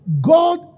God